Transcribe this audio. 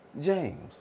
James